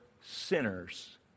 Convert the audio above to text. sinners